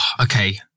Okay